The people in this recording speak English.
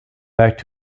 back